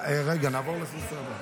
נעבור לנושא הבא.